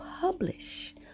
publish